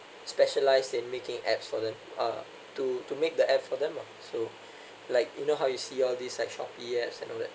specialised in making apps for the uh to to make the app for them ah so like you know how you see all these like Shopee apps and all that